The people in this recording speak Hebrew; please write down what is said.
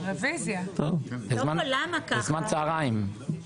בזמן צוהריים.